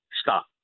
stop